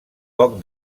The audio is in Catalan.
poc